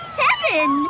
seven